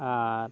ᱟᱨ